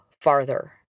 farther